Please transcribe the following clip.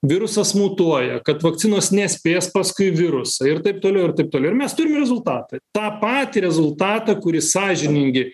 virusas mutuoja kad vakcinos nespės paskui virusą ir taip toliau ir taip toliau ir mes turim rezultatą tą patį rezultatą kurį sąžiningi